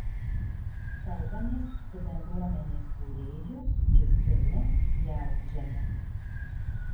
kalbamės su bendruomenės kūrėju justinu jautžemiu